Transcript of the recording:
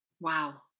Wow